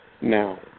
Now